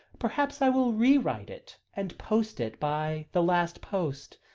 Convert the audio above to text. perhaps i will re-write it and post it by the last post.